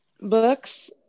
books